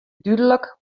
dúdlik